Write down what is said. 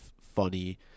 funny